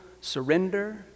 surrender